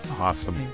Awesome